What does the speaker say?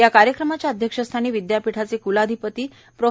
या कार्यक्रमाच्या अध्यक्षस्थानी विद्यापीठाचे क्लाधिपती प्रो